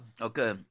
Okay